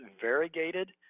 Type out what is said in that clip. variegated